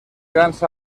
grans